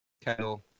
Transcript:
kettle